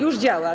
Już działa.